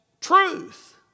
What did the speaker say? truth